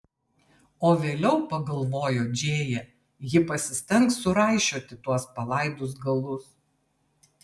o vėliau pagalvojo džėja ji pasistengs suraišioti tuos palaidus galus